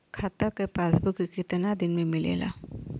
खाता के पासबुक कितना दिन में मिलेला?